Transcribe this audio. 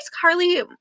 Carly